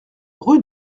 rue